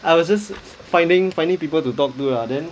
I was just finding finding people to talk to lah then